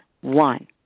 one